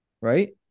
Right